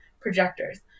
Projectors